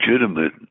legitimate